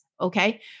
okay